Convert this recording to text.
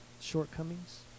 shortcomings